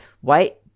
White